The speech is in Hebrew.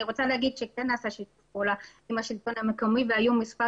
כן נעשה שיתוף פעולה עם השלטון המקומי והיו מספר